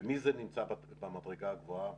ומי נמצא במדרגה הגבוהה?